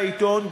בעיתון,